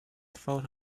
photo